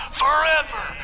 forever